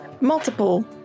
multiple